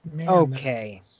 Okay